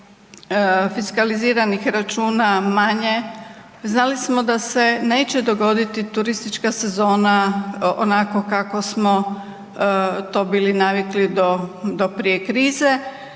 fiskaliziranih računa manje, znali smo da se neće dogoditi turistička sezona onako kako smo to bili navikli do prije krize